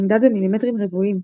נמדד במילימטרים רבועים.